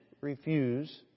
refuse